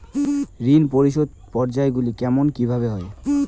ঋণ পরিশোধের পর্যায়গুলি কেমন কিভাবে হয়?